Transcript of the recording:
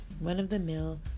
run-of-the-mill